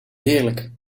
heerlijk